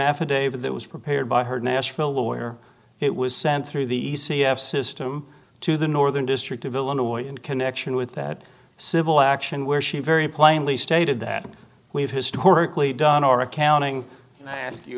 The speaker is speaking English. affidavit that was prepared by her nashville lawyer it was sent through the e c f system to the northern district of illinois in connection with that civil action where she very plainly stated that we've historically done our accounting a